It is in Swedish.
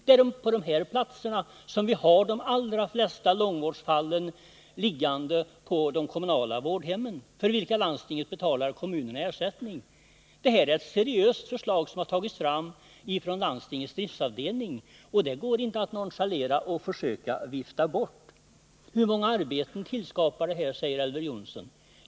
Det är på de här platserna som vi har de allra flesta långvårdsfallen liggande på de kommunala vårdhemmen, för vilka landstinget betalar kommunerna ersättning. Det här är ett seriöst förslag som tagits fram av landstingets driftavdelning, och det går inte att nonchalera — man kan inte försöka vifta bort det. Hur många arbetstillfällen skapas enligt förslaget? frågar Elver Jonsson.